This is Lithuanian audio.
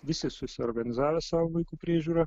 visi susiorganizavę savo vaikų priežiūrą